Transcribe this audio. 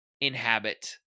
inhabit